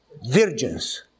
virgins